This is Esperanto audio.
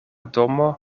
domo